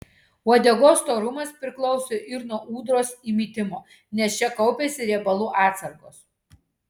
uodegos storumas priklauso ir nuo ūdros įmitimo nes čia kaupiasi riebalų atsargos